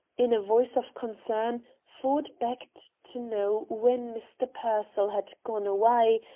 in a voice of concern ford begged to know when mr. pearsall had gone away,